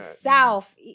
South